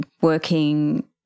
working